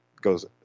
goes